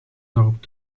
dorp